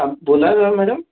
हा बोला ना मॅडम